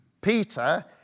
Peter